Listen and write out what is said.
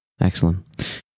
Excellent